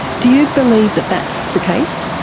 do you believe that that's the case?